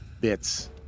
bits